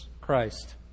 Christ